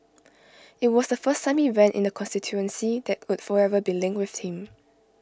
IT was the first time he ran in the constituency that would forever be linked with him